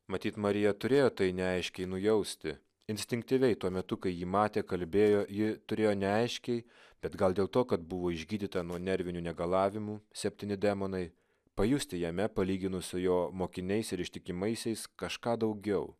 matyt marija turėjo tai neaiškiai nujausti instinktyviai tuo metu kai ji matė kalbėjo ji turėjo neaiškiai bet gal dėl to kad buvo išgydyta nuo nervinių negalavimų septyni demonai pajusti jame palyginus su jo mokiniais ir ištikimaisiais kažką daugiau